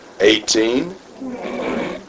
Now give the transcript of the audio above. Eighteen